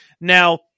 Now